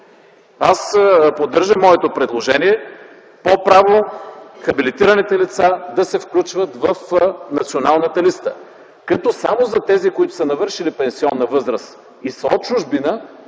Аз поддържам моето предложение по право хабилитираните лица да се включват в националната листа като само за тези, които са навършили пенсионна възраст и са от чужбина,